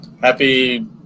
happy